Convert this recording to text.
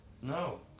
No